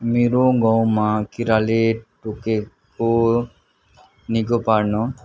मेरो गाउँमा किराले टोकेको निको पार्न